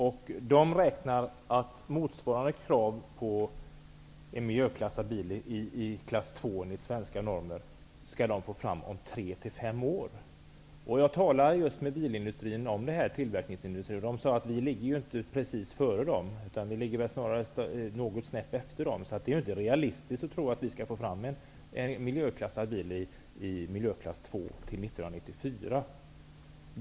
I Amerika räknar man med att få fram en bil med krav motsvarande de svenska normerna i miljöklass 2 om tre till fem år. Jag har talat med folk inom biltillverkningsindustrin, och de sade att Sverige inte precis ligger före Amerika, snarare snäppet efter. Det är alltså inte realistiskt att tro att vi skall få fram en bil i miljöklass 2 till 1994.